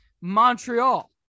Montreal